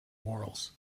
whorls